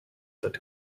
that